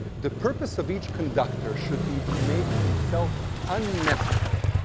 the purpose of each conductor should be to make himself unnecessary.